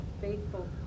faithful